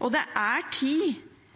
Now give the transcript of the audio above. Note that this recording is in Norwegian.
Det er tid